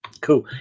Cool